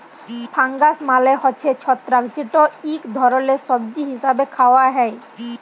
fungus মালে হছে ছত্রাক যেট ইক ধরলের সবজি হিসাবে খাউয়া হ্যয়